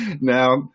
Now